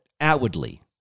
outwardly